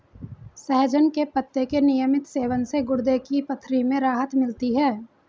सहजन के पत्ते के नियमित सेवन से गुर्दे की पथरी में राहत मिलती है